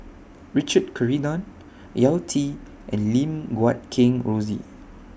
Richard Corridon Yao Zi and Lim Guat Kheng Rosie